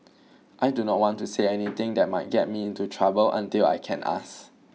I do not want to say anything that might get me into trouble until I can ask